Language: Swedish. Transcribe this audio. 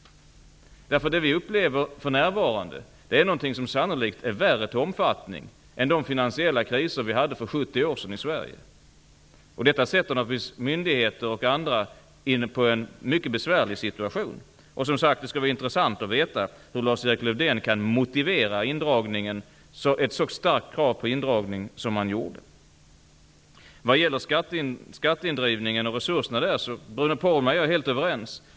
Det vi upplever för närvarande är någonting som sannolikt är större till omfattning än de finansiella kriser vi hade i Sverige för 70 år sedan. Detta försätter naturligtvis myndigheter och andra i en mycket besvärlig situation. Det skulle som sagt vara intressant att veta hur Lars-Erik Lövdén kan motivera ett så starkt krav på indragning. Vad gäller resurserna för skatteindrivning är Bruno Poromaa och jag helt överens.